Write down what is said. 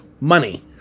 money